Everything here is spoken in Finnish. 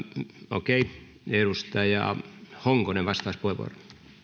okei edustaja honkonen vastauspuheenvuoro